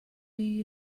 you